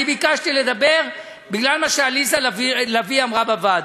אני ביקשתי לדבר בגלל מה שעליזה לביא אמרה בוועדה.